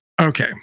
Okay